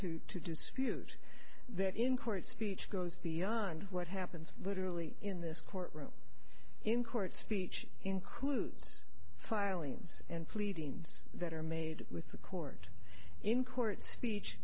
hard to to dispute that in court speech goes beyond what happens literally in this courtroom in court speech includes filings and pleadings that are made with the court in court speech